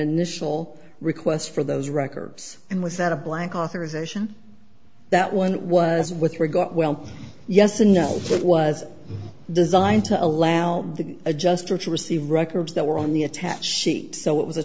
initial request for those records and without a blank authorization that one that was with regard well yes and no it was designed to allow the adjuster to receive records that were on the attached sheet so it was a